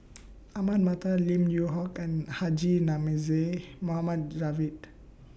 Ahmad Mattar Lim Yew Hock and Haji Namazie Mohammed Javad